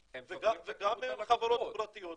וגם אם אלה חברות פרטיות,